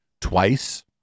twice